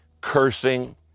cursing